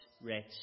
rich